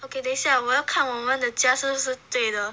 okay 等一下我要看我们的家是不是对的